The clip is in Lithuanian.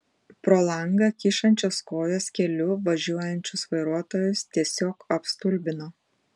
pro langą kyšančios kojos keliu važiuojančius vairuotojus tiesiog apstulbino